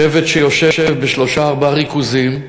שבט שיושב בשלושה-ארבעה ריכוזים.